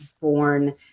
born